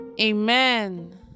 Amen